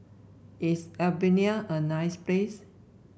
is Albania a nice place